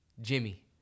Jimmy